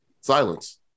silence